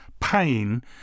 pain